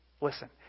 Listen